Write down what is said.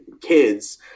kids